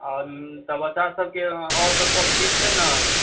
आओर बच्चासभकेँ आओरसभ ठीक छै नऽ